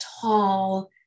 tall